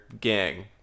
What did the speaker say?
gang